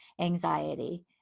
anxiety